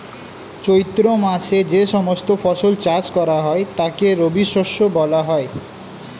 চৈত্র মাসে যে সমস্ত ফসল চাষ করা হয় তাকে রবিশস্য বলা হয়